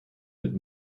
mit